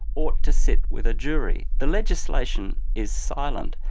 ought to sit with a jury. the legislation is silent.